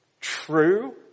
true